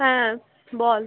হ্যাঁ বল